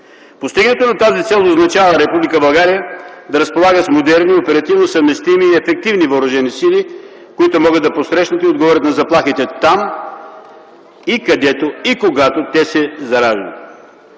Постигането на тази цел означава Република България да разполага с модерни, оперативно-съвместими и ефективни въоръжени сили, които могат да посрещнат и отговорят на заплахите там, където и когато те се зараждат.